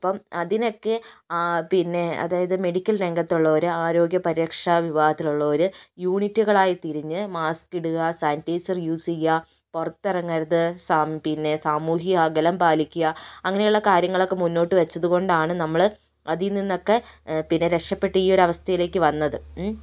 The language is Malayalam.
അപ്പം അതിനൊക്കെ ആ പിന്നേ അതായത് മെഡിക്കല് രംഗത്തൊള്ളവര് ആരോഗ്യ പരിരക്ഷാ വിഭാഗത്തിലൊള്ളവര് യുണിറ്റുകളായി തിരിഞ്ഞ് മാസ്ക് ഇടുക സാനിട്ടൈസര് യൂസ് ചെയ്യുക പുറത്തിറങ്ങരുത് സാം പിന്നെ സാമൂഹിക അകലം പാലിക്കുക അങ്ങനെയുള്ള കാര്യങ്ങളൊക്കെ മുന്നോട്ടു വച്ചത് കൊണ്ടാണ് നമ്മള് അതിൽ നിന്നൊക്കെ പിന്നെ രക്ഷപെട്ട് ഈ ഒരവസ്ഥയിലേക്ക് വന്നത്